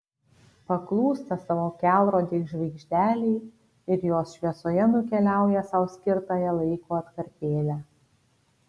paklūsta savo kelrodei žvaigždelei ir jos šviesoje nukeliauja sau skirtąją laiko atkarpėlę